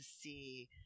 see